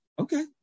Okay